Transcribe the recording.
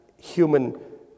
human